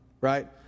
right